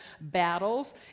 battles